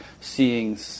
seeing